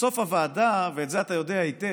בסוף הוועדה, ואת זה אתה יודע היטב,